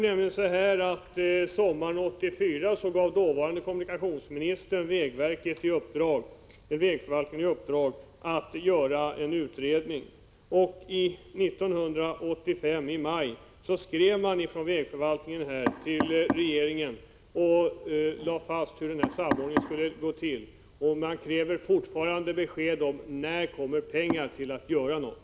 Sommaren 1984 gav dåvarande kommunikationsministern vägförvaltningen i uppdrag att göra en utredning. I maj 1985 skrev vägförvaltningen till regeringen och lade fast hur samordningen skulle gå till. Man kräver fortfarande besked: När kommer pengar till att göra något?